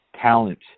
talent